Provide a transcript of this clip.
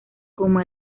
como